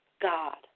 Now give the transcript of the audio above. God